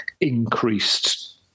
increased